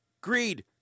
greed